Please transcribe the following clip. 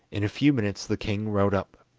in a few minutes the king rode up.